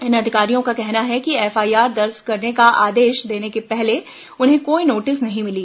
इन अधिकारियों का कहना है कि एफआईआर दर्ज करने का आदेश देने के पहले उन्हें कोई नोटिस नहीं मिली